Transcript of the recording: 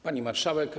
Pani Marszałek!